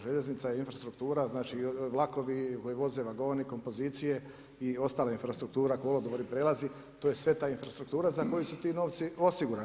Željeznica je infrastruktura, znači vlakovi koji voze, vagoni, kompozicije i ostala infrastruktura kolodvori, prijelazi to je sve ta infrastruktura za koju su ti novci osigurani.